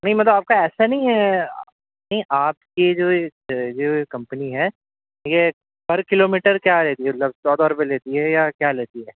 نہیں مطلب آپ کا ایسا نہیں ہے نہیں آپ کے جو جو یہ کمپنی ہے یہ پر کلو میٹر کیا لیتی ہے مطلب چودہ روپیے لیتی ہے یا کیا لیتی ہے